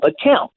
account